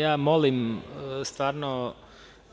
Ja molim